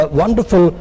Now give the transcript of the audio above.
wonderful